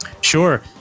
Sure